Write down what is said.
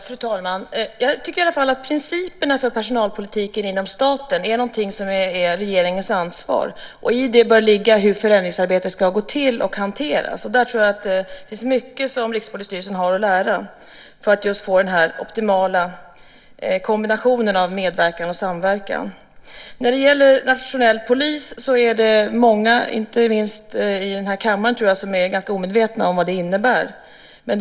Fru talman! Jag tycker att principerna för personalpolitiken inom staten är regeringens ansvar. I det bör ligga hur förändringsarbetet ska gå till och hanteras. Där tror jag att Rikspolisstyrelsen har mycket att lära för att få den optimala kombinationen av medverkan och samverkan. Jag tror att det är många, inte minst här i kammaren, som är ganska omedvetna om vad en nationell polis innebär.